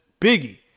Biggie